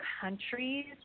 countries